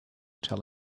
tell